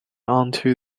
onto